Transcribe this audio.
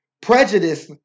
prejudice